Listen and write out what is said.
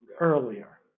earlier